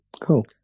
Cool